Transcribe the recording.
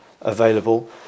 available